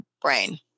brain